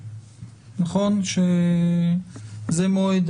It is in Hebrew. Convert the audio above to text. זה מועד